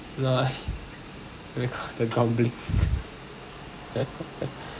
lol record the grumbling